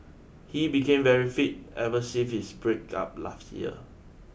he became very fit ever since his breakup last year